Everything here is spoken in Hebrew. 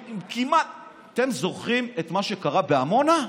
אתם זוכרים את מה שקרה בעמונה?